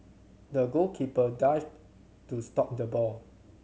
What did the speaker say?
the goalkeeper dived to stop the ball